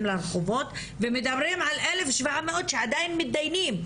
לרחובות ומדברים על 1700 שעדיין מתדיינים,